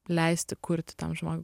leisti kurti tam žmogui